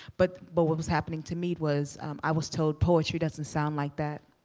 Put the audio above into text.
but but what was happening to me was i was told poetry doesn't sound like that.